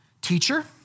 teacher